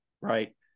right